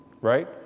right